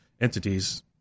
entities